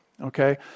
okay